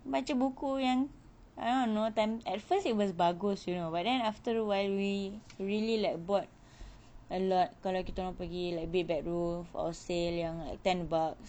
baca buku yang I don't know time at first it was bagus you know but then after a while we really like bought a lot kalau kitaorang pergi big bad wolf or sale yang like ten bucks